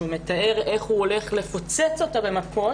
הוא מתאר איך הוא הולך לפוצץ אותה במכות,